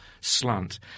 slant